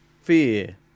fear